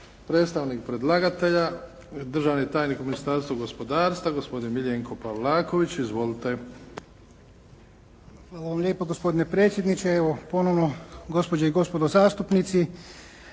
Predstavnik predlagatelja, državni tajnik u Ministarstvu gospodarstva, gospodin Miljenko Pavlaković. Izvolite. **Pavlaković, Miljenko** Hvala vam lijepo gospodine predsjedniče. Evo, ponovno gospođe i gospodo zastupnici.